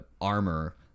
armor